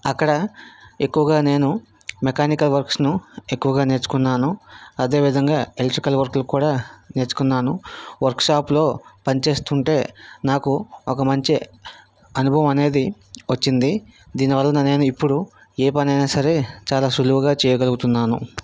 అక్కడ ఎక్కువగా నేను మెకానికల్ వర్క్స్ను ఎక్కువగా నేర్చుకున్నాను అదేవిధంగా ఎలక్ట్రికల్ వర్క్ కూడా నేర్చుకున్నాను వర్క్షాప్లో పని చేస్తుంటే నాకు ఒక మంచి అనుభవం అనేది వచ్చింది దీని వలన నేను ఇప్పుడు ఏ పనయినా సరే చాలా సులువుగా చేయగలుగుతున్నాను